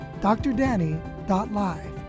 drdanny.live